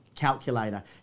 calculator